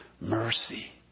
mercy